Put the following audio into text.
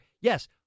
Yes